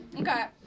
Okay